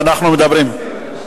ואנחנו מדברים,